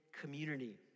community